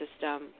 system